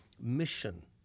Mission